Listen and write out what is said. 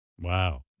Wow